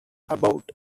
about